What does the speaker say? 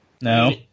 No